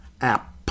app